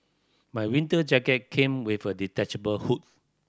my winter jacket came with a detachable hood